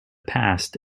past